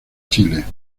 chile